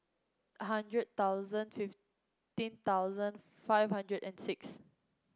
hundred thousand fifteen thousand five hundred and six